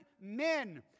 men